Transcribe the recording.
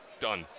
Done